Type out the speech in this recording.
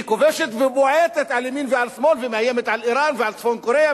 היא כובשת ובועטת על ימין ועל שמאל ומאיימת על אירן ועל צפון-קוריאה,